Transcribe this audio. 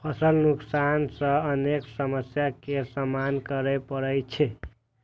फसल नुकसान सं अनेक समस्या के सामना करै पड़ै छै